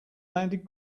landed